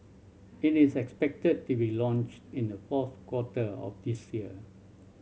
it is expected to be launched in the fourth quarter of this year